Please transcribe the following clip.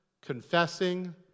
confessing